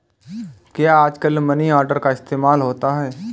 क्या आजकल money order का इस्तेमाल होता है?